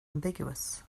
ambiguous